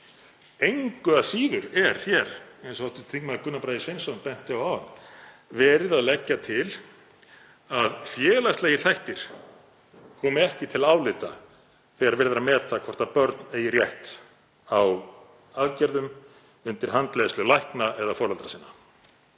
Engu að síður er hér, eins og hv. þm. Gunnar Bragi Sveinsson benti á áðan, verið að leggja til að félagslegir þættir komi ekki til álita þegar verið er að meta hvort börn eigi rétt á aðgerðum undir handleiðslu lækna eða foreldra sinna.